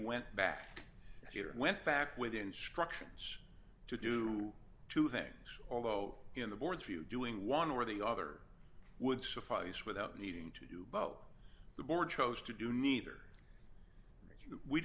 went back here and went back with instructions to do two things although in the board's view doing one or the other would suffice without needing to do both the board chose to do neither we